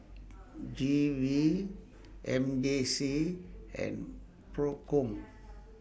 G V M J C and PROCOM